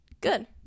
Good